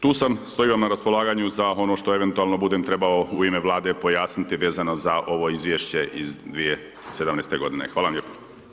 Tu sam, stojim vam na raspolaganju za ono što eventualno budem trebao u ime Vlade pojasniti vezano za ovo izvješće iz 2017. g., hvala vam lijepo.